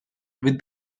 with